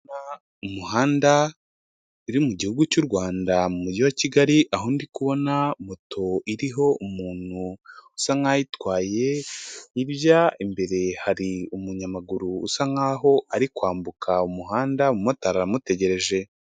Umuhanda uri mu gihugu cy'u Rwanda mu mujyi wa Kigali, aho ndikubona moto iriho umuntu usa nk'ayitwaye, hirya imbere hari umunyamaguru usa nk'aho ari kwambuka umuhanda umumotarari aramutegereje.